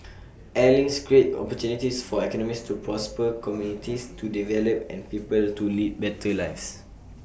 air links create opportunities for economies to prosper communities to develop and people to lead better lives